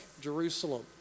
Jerusalem